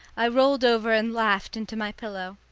i rolled over and laughed into my pillow.